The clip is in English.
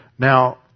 Now